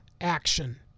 action